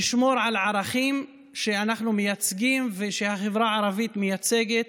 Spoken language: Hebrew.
נשמור על הערכים שאנחנו מייצגים ושהחברה ערבית מייצגת